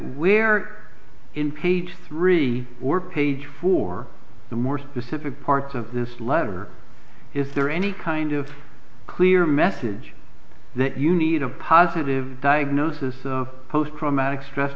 where in page three or page for the more specific parts of this letter is there any kind of clear message that you need a positive diagnosis post traumatic stress